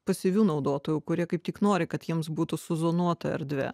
pasyvių naudotojų kurie kaip tik nori kad jiems būtų su zonuota erdve